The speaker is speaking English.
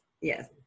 Yes